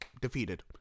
defeated